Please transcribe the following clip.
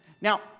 Now